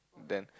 then